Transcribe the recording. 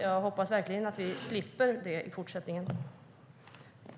Jag hoppas verkligen att vi slipper det i fortsättningen.